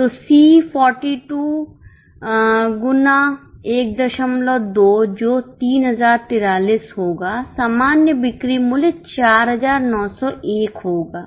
तो C 42 गुना 12 जो 3043 होगा सामान्य बिक्री मूल्य 4901 होगा